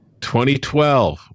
2012